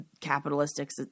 capitalistic